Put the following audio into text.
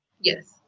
Yes